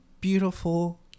beautiful